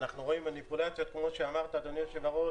ואנחנו רואים מניפולציות כמו שאמרת אדוני היושב-ראש